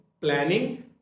planning